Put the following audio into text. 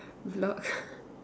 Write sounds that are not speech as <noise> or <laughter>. block <laughs>